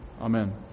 Amen